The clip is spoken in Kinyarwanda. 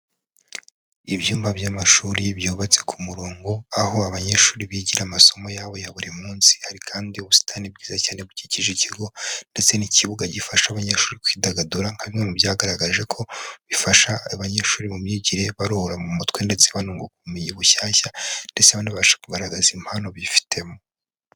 Ibyumba by'amashuri byubatse ku murongo, aho abanyeshuri bigira amasomo yabo ya buri munsi, hari kandi ubusitani bwiza cyane bukikije ikigo, ndetse n'ikibuga gifasha abanyeshuri kwidagadura, nka bimwe mu byagaragajwe ko bifasha abanyeshuri mu myigire baruhura mu mutwe, ndetse banunguka ubumenyi bushyashya, ndetse banabashe kugaragaza impano bifitemo.